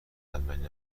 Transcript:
اولین